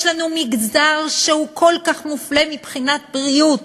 יש לנו מגזר שהוא כל כך מופלה מבחינת בריאות,